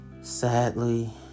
sadly